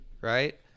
right